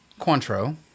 Cointreau